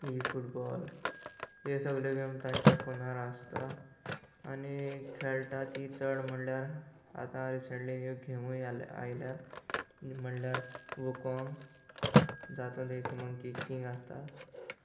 eFootball ह्यो सगल्यो game तांच्या फोनार आसता आनी खेळटात ती चड म्हणल्यार आतां रिसंटली न्यू गेमूय आयल्यार म्हणल्यार वुकोंग जातूंत एक मंकी किंग आसता